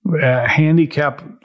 Handicap